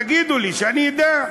תגידו לי, שאני אדע.